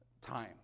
time